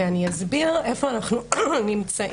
אני אסביר איפה אנחנו נמצאים,